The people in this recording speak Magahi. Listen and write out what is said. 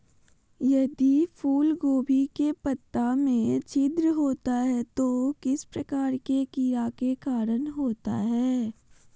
यदि फूलगोभी के पत्ता में छिद्र होता है तो किस प्रकार के कीड़ा के कारण होता है?